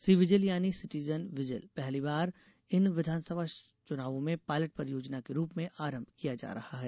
सी vigil यानी citizen vigil पहली बार इन विधानसभा चुनावों में पायलट परियोजना के रूप में आरंभ किया जा रहा है